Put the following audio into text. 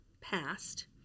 past